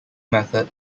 method